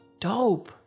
dope